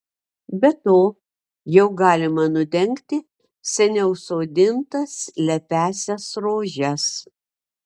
be to jau galima nudengti seniau sodintas lepiąsias rožes